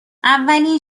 اولین